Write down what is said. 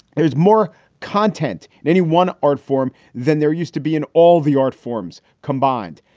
there's more content in any one art form than there used to be an all the art forms combined.